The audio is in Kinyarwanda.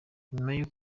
nyuma